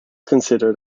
considered